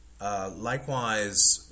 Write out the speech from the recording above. Likewise